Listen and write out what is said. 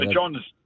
John's